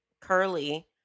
curly